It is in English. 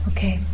Okay